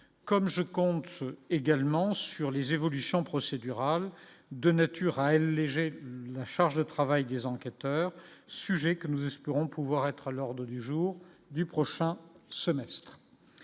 comme je compte également sur les évolutions procédurales de nature à elle ai la charge de travail des enquêteurs, sujet que nous espérons pouvoir être à l'ordre du jour du prochain semestre